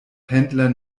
pendler